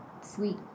sweet